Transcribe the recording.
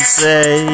say